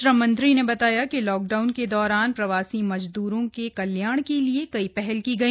श्रम मंत्री ने बताया कि लॉकडाउन के दौरान प्रवासी मजद्रों के कल्याण के लिए कई पहल की गई